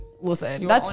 listen